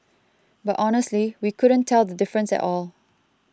but honestly we couldn't tell the difference at all